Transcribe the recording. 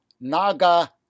Naga